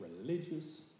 religious